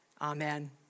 Amen